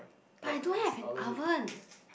but I don't have an oven